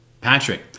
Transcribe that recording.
Patrick